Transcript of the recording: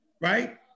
right